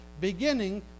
beginning